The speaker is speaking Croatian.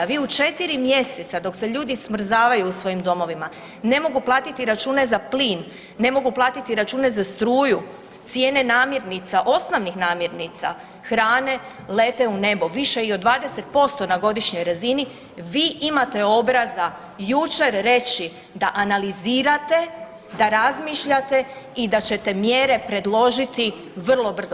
Vi u četiri mjeseca dok se ljudi smrzavaju u svojim domovima, ne mogu platiti račune za plin, ne mogu platiti račune za struju, cijene namirnica, osnovnih namirnica, hrane lete u nebo više i od 20% na godišnjoj razini vi imate obraza jučer reći da analizirate, da razmišljate i da ćete mjere predložiti vrlo brzo.